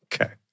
Okay